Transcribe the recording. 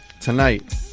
tonight